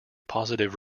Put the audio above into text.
positive